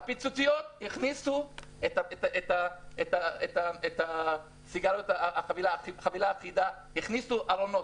הפיצוציות הכניסו את החפיסה האחידה; הכניסו ארונות,